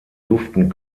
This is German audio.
duften